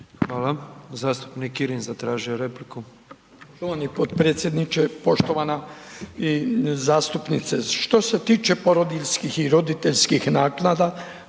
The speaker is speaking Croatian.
Hvala. Zastupnik Kirin zatražio je repliku.